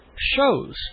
shows